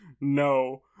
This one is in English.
no